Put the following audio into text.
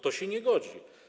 To się nie godzi.